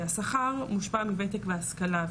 השכר מושפע מוותק והשכלה,